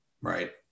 right